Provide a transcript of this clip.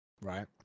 right